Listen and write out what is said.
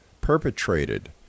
perpetrated